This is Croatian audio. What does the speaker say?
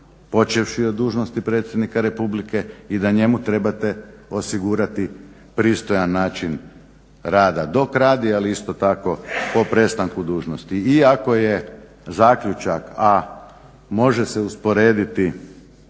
počevši od dužnosti predsjednika Republike i da njemu trebate osigurati pristojan način rada dok radi, ali isto tako po prestanku dužnosti. I ako je zaključak, a može se usporediti